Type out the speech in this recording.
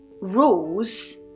rules